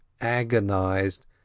agonized